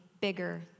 bigger